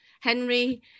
Henry